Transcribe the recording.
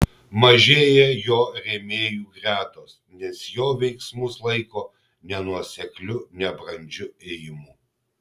mažėja jo rėmėjų gretos nes jo veiksmus laiko nenuosekliu nebrandžiu ėjimu